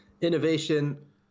Innovation